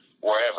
wherever